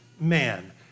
man